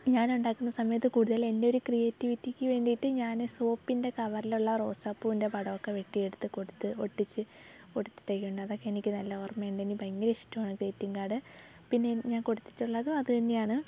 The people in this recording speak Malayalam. ഞാമുണ്ടാക്കുന്ന സമയത്ത് കൂടുതലും എൻ്റെ ഒരു ക്രിയേറ്റിവിറ്റിക്ക് വേണ്ടിയിട്ട് ഞാൻ സോപ്പിൻ്റെ കവറിലുള്ള റോസാപ്പൂവിൻ്റെ പടമൊക്കെ വെട്ടി എടുത്ത് കൊടുത്ത് ഒട്ടിച്ച് കൊടിത്തിട്ടൊക്കെ ഉണ്ട് അതൊക്കെ എനിക്ക് നല്ല ഓർമ്മ ഉണ്ട് എനിക്ക് ഭയങ്കര ഇഷ്ടമാണ് ഗ്രീറ്റിങ് കാർഡ് പിന്നെ ഞാൻ കൊടുത്തിട്ടുള്ളതും അതു തന്നെയാണ്